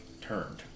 turned